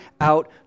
out